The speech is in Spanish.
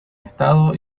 estado